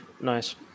nice